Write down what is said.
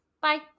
Bye